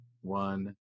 one